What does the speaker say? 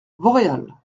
vauréal